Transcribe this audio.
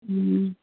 ꯎꯝ